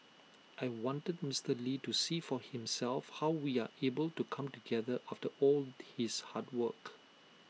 I wanted Mister lee to see for himself how we are able to come together after all his hard work